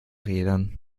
rädern